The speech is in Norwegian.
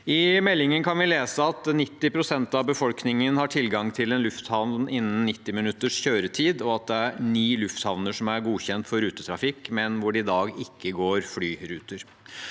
I meldingen kan vi lese at 90 pst. av befolkningen har tilgang til en lufthavn innen 90 minutters kjøretid, og at ni lufthavner er godkjent for rutetrafikk, men hvor det i dag ikke går flyruter.